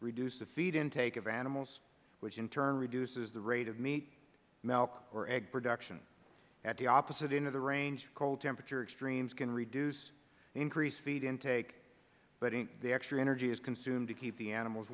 reduce the feed intake of animals which in turn reduces the rate of meat milk or egg production at the opposite end of the range cold temperature extremes can reduce increase feed intake but the extra energy is consumed to keep the animals